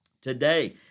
today